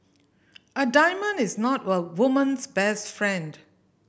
a diamond is not a woman's best friend